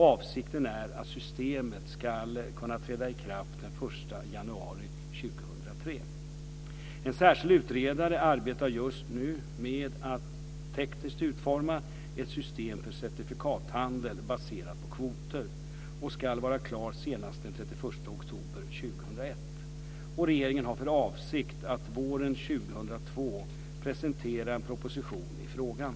Avsikten är att systemet ska kunna träda i kraft den 1 januari 2003. En särskild utredare arbetar just nu med att tekniskt utforma ett system för certifikathandel baserat på kvoter (dir. 2001. Regeringen har för avsikt att våren 2002 presentera en proposition i frågan.